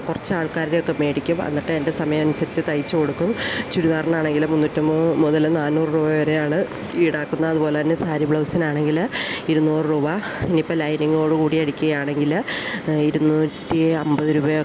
കുറച്ച് ആൾക്കാരുടെ ഒക്കെ മേടിക്കും എന്നിട്ട് എൻ്റെ സമയം അനുസരിച്ചു തയ്ച്ചു കൊടുക്കും ചുരിദാറിന് ആണെങ്കിലും മുന്നൂറ്റി അൻപത് മുതൽ നാന്നൂറ് രൂപ വരെയാണ് ഈടാക്കുന്നത് അതുപോലെ തന്നെ സാരി ബ്ലൗസിന് ആണെങ്കിൽ ഇരുന്നൂറ് രൂപ ഇനി ഇപ്പം ലൈനിങ്ങോടു കൂടി അടിക്കുക ആണെങ്കിൽ ഇരുന്നൂറ്റി അൻപത് രൂപയൊക്കെ